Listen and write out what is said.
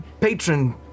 patron